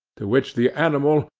to which the animal,